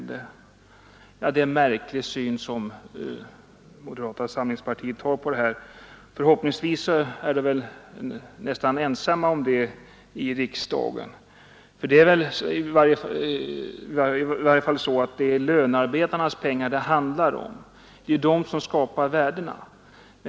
Det är en märklig syn som moderata samlingspartiet har på dessa frågor — förhoppningsvis är man ensam om det i riksdagen. Det handlar ju här om lönearbetarnas pengar. Det är lönearbetarna som skapar värdena.